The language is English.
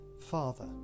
Father